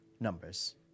numbers